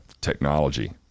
technology